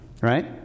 right